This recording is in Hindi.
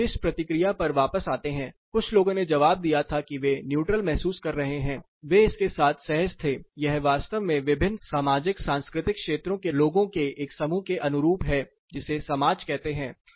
इस विशेष प्रतिक्रिया पर वापस आते है कुछ लोगों ने जवाब दिया था कि वे न्यूट्रल महसूस कर रहे थे वे इसके साथ सहज थे यह वास्तव में विभिन्न सामाजिक सांस्कृतिक क्षेत्रों के लोगों के एक समूह के अनुरूप है जिसे समाज कहते हैं